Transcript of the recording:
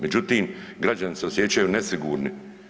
Međutim, građani se osjećaju nesigurni.